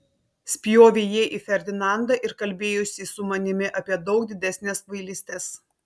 spjovė jie į ferdinandą ir kalbėjosi su manimi apie daug didesnes kvailystes